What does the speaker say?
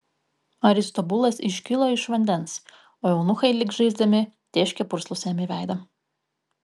aristobulas iškilo iš vandens o eunuchai lyg žaisdami tėškė purslus jam į veidą